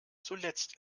zuletzt